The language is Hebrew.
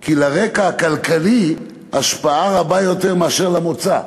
כי לרקע הכלכלי השפעה רבה יותר מאשר למוצא.